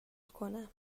کنم